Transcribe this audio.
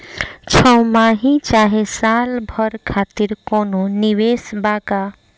छमाही चाहे साल भर खातिर कौनों निवेश बा का?